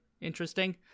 interesting